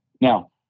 Now